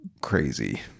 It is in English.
crazy